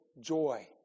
joy